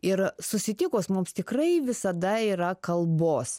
ir susitikus mums tikrai visada yra kalbos